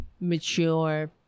mature